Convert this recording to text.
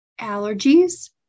allergies